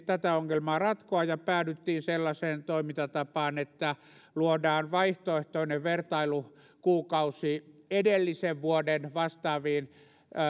tätä ongelmaa ja päädyimme sellaiseen toimintatapaan että luodaan vaihtoehtoinen vertailukuukausi edellisen vuoden vastaaviin